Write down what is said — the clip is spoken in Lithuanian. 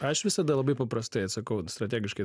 aš visada labai paprastai atsakau strategiškai